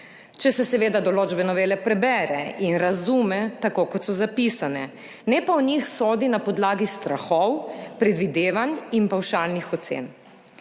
če se seveda določbe novele prebere in razume tako, kot so zapisane, ne pa o njih sodi na podlagi strahov, predvidevanj in pavšalnih ocen.